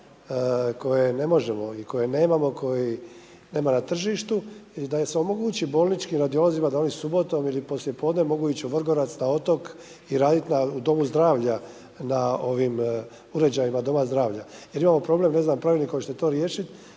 koje ne možemo i koje nemamo kojih nema na tržištu i da se omogući bolničkim radiolozima da oni subotom ili poslijepodne mogu ići u Vrgorac, na otok i raditi u domu zdravlja na ovim uređajima doma zdravlja. Jer imamo problem ne znam pravilnikom ćete to riješit